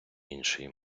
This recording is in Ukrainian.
іншої